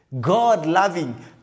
God-loving